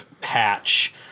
patch